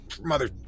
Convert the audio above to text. Mother